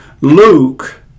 Luke